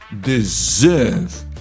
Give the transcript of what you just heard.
deserve